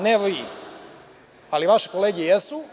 Ne vi, ali vaše kolege jesu.